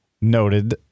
noted